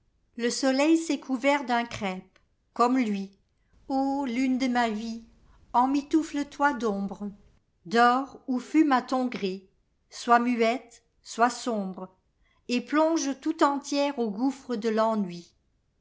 le soleil s est couvert d'un crêpe comme lui lune de ma vie emmitoufle toi d'ombre dors ou fume à ton gré sois muette sois sombre et plonge tout entière au gouffre de tennui